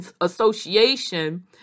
association